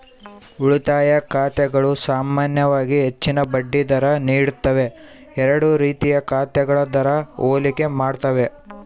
ಉಳಿತಾಯ ಖಾತೆಗಳು ಸಾಮಾನ್ಯವಾಗಿ ಹೆಚ್ಚಿನ ಬಡ್ಡಿ ದರ ನೀಡುತ್ತವೆ ಎರಡೂ ರೀತಿಯ ಖಾತೆಗಳ ದರ ಹೋಲಿಕೆ ಮಾಡ್ತವೆ